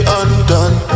undone